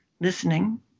listening